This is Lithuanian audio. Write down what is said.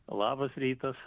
labas rytas